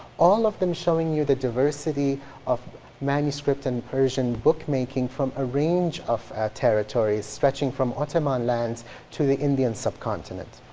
all of them showing you the diversity of manuscript and persian bookmaking from a range of territories stretching from ottoman lands to the indian subcontinent.